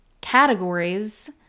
categories